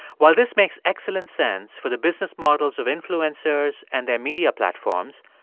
while this makes excellent sense for the business models of influencers and their media platforms,